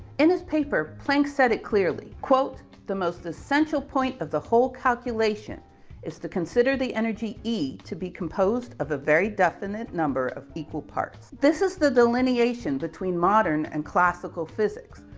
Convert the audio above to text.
in his paper, planck said it clearly quote the most essential point of the whole calculation is to consider the energy e to be composed of a very definite number of equal parts. this is the delineation between modern and classical physics.